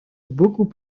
beaucoup